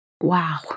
Wow